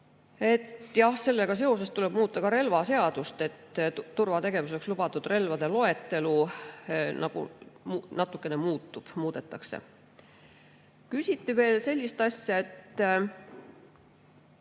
Sellega seoses tuleb muuta ka relvaseadust, turvategevuseks lubatud relvade loetelu natukene muutub. Küsiti veel sellist asja, kas